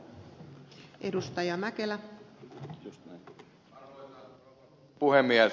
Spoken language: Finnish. arvoisa puhemies